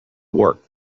work